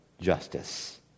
justice